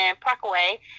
Parkway